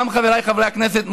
גם חבריי חברי הכנסת,